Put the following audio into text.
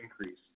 increase